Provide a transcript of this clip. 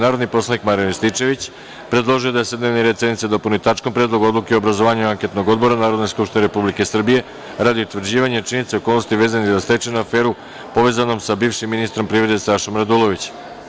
Narodni poslanik Marijan Rističević predložio je da se dnevni red sednice dopuni tačkom – Predlog odluke o obrazovanju anketnog odbora Narodne skupštine Republike Srbije radi utvrđivanja činjenica i okolnosti vezanih za stečajnu aferu povezanom sa bivšim ministrom privrede Sašom Radulovićem.